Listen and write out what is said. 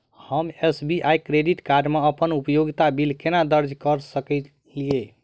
हम SBI credit card मे अप्पन उपयोगिता बिल केना दर्ज करऽ सकलिये?